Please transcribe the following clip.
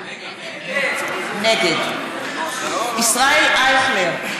נגד ישראל אייכלר,